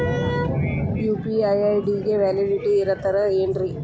UPI ID ಗೆ validity ಇರತದ ಏನ್ರಿ?